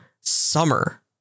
summer